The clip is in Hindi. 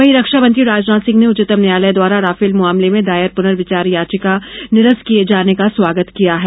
वहीं रक्षामंत्री राजनाथ सिंह ने उच्चतम न्यायालय द्वारा राफेल मामले में दायर पुनर्विचार याचिका निरस्त किए जाने का स्वागत किया है